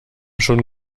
schon